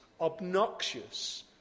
obnoxious